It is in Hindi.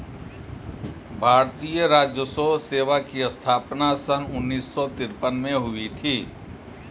भारतीय राजस्व सेवा की स्थापना सन उन्नीस सौ तिरपन में हुई थी